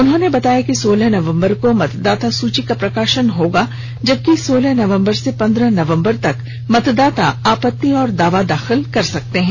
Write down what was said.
उन्होंने बताया कि सोलह नवंबर को मतदाता सूची का प्रकाशन होगाजबकि सोलह नवंबर से पंद्रह दिसंबर तक मतदाता आपत्ति और दावा दाखिल कर सकते हैं